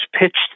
pitched